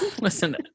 listen